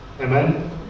amen